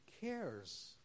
cares